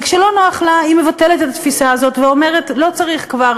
וכשלא נוח לה היא מבטלת את התפיסה הזאת ואומרת: לא צריך כבר